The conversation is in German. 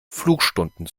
flugstunden